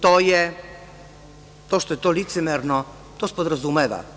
To što je to licemerno to se podrazumeva.